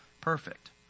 perfect